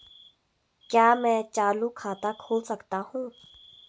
क्या मैं चालू खाता खोल सकता हूँ?